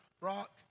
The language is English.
rock